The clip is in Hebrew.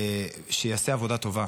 שיעשה עבודה טובה.